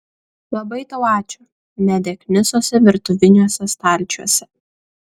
labai tau ačiū medė knisosi virtuviniuose stalčiuose